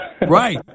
right